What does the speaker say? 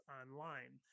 online